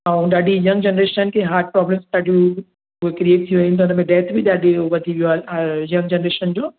ऐं ॾाढी young generation खे हार्ट प्रोब्लम ॾाढियूं क्रीएट थी वेयूं त डेथ बि ॾाढी वधी वियो आहे यंग जनरेशन जो